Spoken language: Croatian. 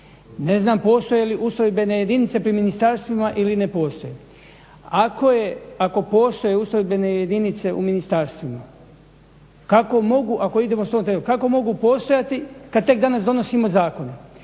Ne znam postoje li ustrojbene jedinice pri ministarstvima ili ne postoje. Ako postoje ustrojbene jedinice u ministarstvima kako mogu, ako idemo s tom idejom, kako